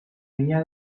ría